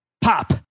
pop